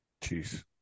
Jeez